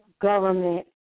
government